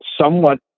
somewhat